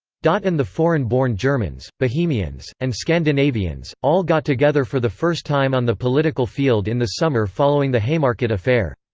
and the foreign born germans, bohemians, and scandinavians, all got together for the first time on the political field in the summer following the haymarket affair.